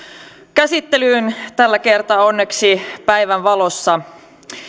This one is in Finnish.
käsittelyyn tällä kertaa onneksi päivänvalossa